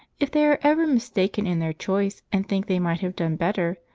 if they are ever mistaken in their choice, and think they might have done better,